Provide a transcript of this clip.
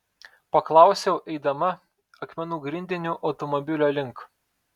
paklausiau eidama akmenų grindiniu automobilio link